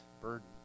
burden